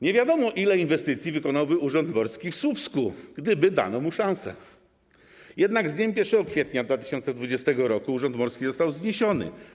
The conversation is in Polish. Nie wiadomo ile inwestycji wykonałby Urząd Morski w Słupsku, gdyby dano mu szansę, jednak z dniem 1 kwietnia 2020 r. ten urząd morski został zniesiony.